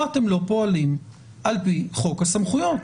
אתם לא פועלים על פי חוק הסמכויות.